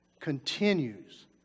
continues